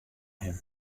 him